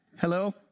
Hello